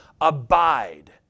abide